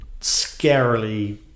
scarily